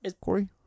Corey